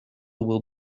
will